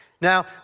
Now